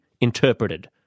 interpreted